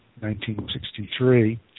1963